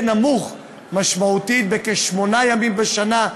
בישראל יהיה נמוך משמעותית, בכשמונה ימים בשנה,